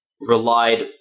relied